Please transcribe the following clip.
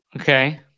Okay